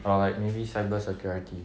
or like maybe cyber security